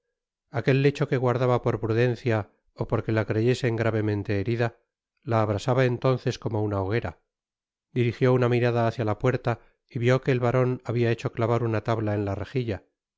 levantó aquel lecho que guardaba por prudencia ó porque la creyesen gravemente herida la abrasaba entonces como una hoguera dirigió una mirada hácia la puerla y vió que et baron habia hecho clavar una tabla en la rejilla